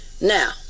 Now